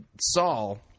Saul